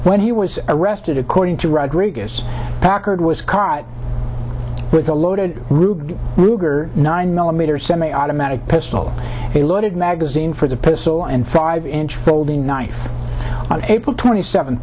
when he was arrested according to rodriguez packard was caught with a loaded ruger nine millimeter semiautomatic pistol a loaded magazine for the pistol and five inch folding knife april twenty seven